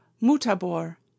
mutabor